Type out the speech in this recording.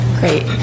Great